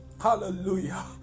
Hallelujah